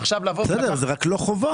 עכשיו לבוא ולקחת --- זאת לא חובה.